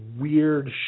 weird